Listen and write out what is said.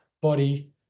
body